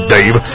Dave